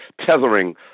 tethering